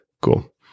cool